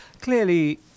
clearly